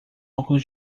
óculos